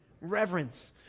Reverence